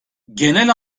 genel